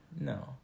No